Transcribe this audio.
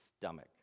stomach